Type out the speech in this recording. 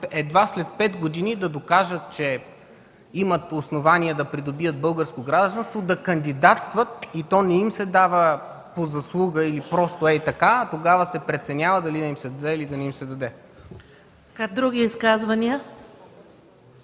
едва след пет години да докажат, че имат основание да придобият българско гражданство, да кандидатстват. То не им се дава по заслуга или просто ей така, а тогава се преценява дали да им се даде, или не. ПРЕДСЕДАТЕЛ ЕКАТЕРИНА МИХАЙЛОВА: Други изказвания?